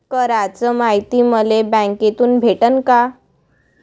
कराच मायती मले बँकेतून भेटन का?